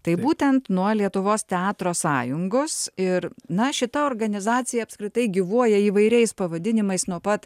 tai būtent nuo lietuvos teatro sąjungos ir na šita organizacija apskritai gyvuoja įvairiais pavadinimais nuo pat